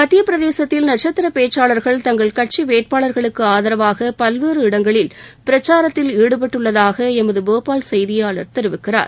மத்தியப்பிரதேசத்தில் நட்சத்திரப் பேச்சாளர்கள் தங்கள் கட்சி வேட்பாளர்களுக்கு ஆதரவாக பல்வேறு இடங்களில் பிரச்சாரத்தில் ஈடுபட்டுள்ளதாக எமது போபால் செய்தியாளர் தெரிவிக்கிறார்